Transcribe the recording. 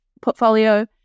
portfolio